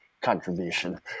contribution